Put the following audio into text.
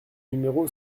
numéro